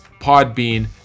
Podbean